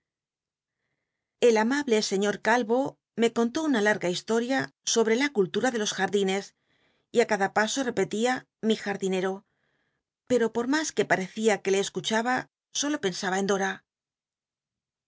el amable sciíoa cal m me contó una larga hisloia solll'r la cultura de los jardines y i cada pa o i jartlinero pci'o poi mas que pai'ccia que repelía m le escuchaba solo pensaba en dom